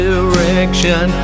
Direction